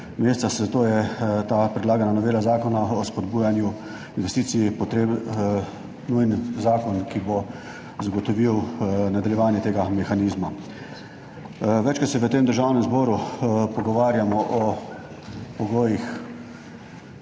meseca, zato je ta predlagana novela Zakona o spodbujanju investicij potreben, nujen zakon, ki bo zagotovil nadaljevanje tega mehanizma. Večkrat se v tem Državnem zboru pogovarjamo o pogojih